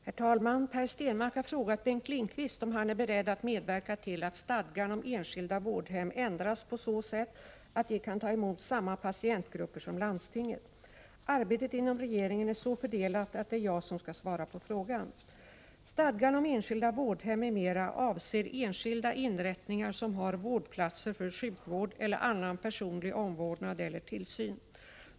Herr talman! Per Stenmarck har frågat Bengt Lindqvist om han är beredd att medverka till att stadgan om enskilda vårdhem ändras på så sätt att de kan ta emot samma patientgrupper som landstinget. Arbetet inom regeringen är så fördelat att det är jag som skall svara på frågan.